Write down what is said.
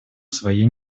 своей